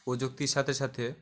প্রযুক্তির সাথে সাথে